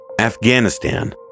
Afghanistan